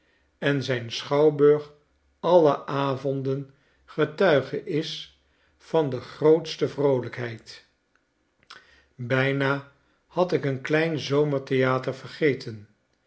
en zijn schouwburg alie avonden getuige is van de grootste vroolijkheid bijna had ik een kleinzomertheater vergeten